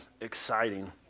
exciting